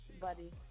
buddy